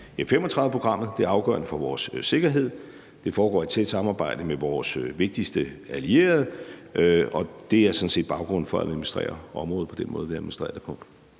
F-35-programmet. Det er afgørende for vores sikkerhed. Det foregår i tæt samarbejde med vores vigtigste allierede, og det er sådan set baggrunden for, at vi administrerer området på den måde, vi administrerer det på.